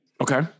Okay